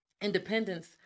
independence